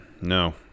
no